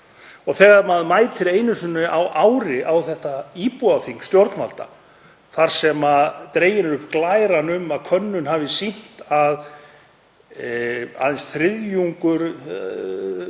Þegar maður mætir einu sinni á ári á þetta íbúaþing stjórnvalda, þar sem dregin er upp glæran um að könnun hafi sýnt að aðeins þriðjungur